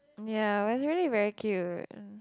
ya but it's really very cute ah